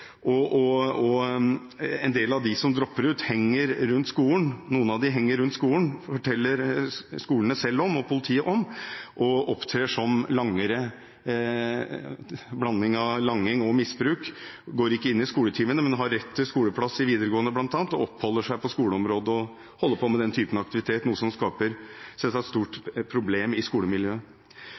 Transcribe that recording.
av dem som dropper ut, henger rundt skolen – forteller skolene selv og politiet om – og opptrer som en blanding av langere og misbrukere. De går ikke inn til skoletimene, men har rett til skoleplass i videregående, oppholder seg på skoleområdet og holder på med den typen aktivitet, noe som selvsagt skaper et stort problem i skolemiljøet.